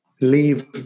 leave